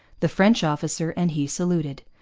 the french officer and he saluted.